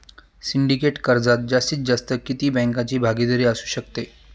Syndicate कर्जात जास्तीत जास्त किती बँकांची भागीदारी असू शकते?